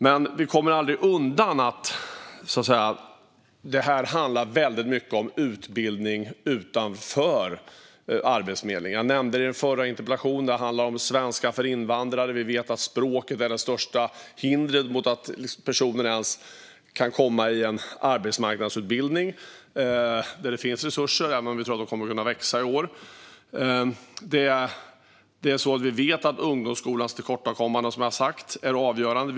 Men vi kommer aldrig undan att detta till stor del handlar om utbildning utanför Arbetsförmedlingen. Jag nämnde det i den förra interpellationen. Det handlar om svenska för invandrare - vi vet att språket är det största hindret mot att personen ens kan komma i en arbetsmarknadsutbildning. Där finns det resurser, även om vi tror att de kommer att kunna växa i år. Vi vet att ungdomsskolans tillkortakommanden, som jag har sagt, är avgörande.